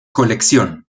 colección